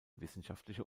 wissenschaftliche